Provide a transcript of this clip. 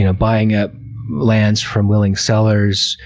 ah buying up lands from willing sellers.